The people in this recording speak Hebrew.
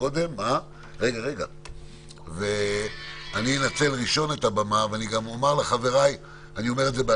אני מייצגת את יש